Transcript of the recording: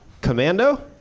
Commando